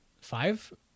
five